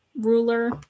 ruler